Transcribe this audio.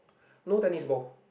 no tennis ball